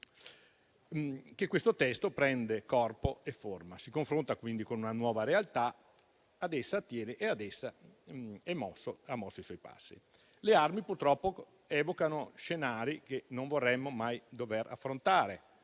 questo testo prende corpo e forma, si confronta quindi con una nuova realtà, ad essa attiene e in essa ha mosso i suoi passi. Le armi, purtroppo, evocano scenari che non vorremmo mai dover affrontare,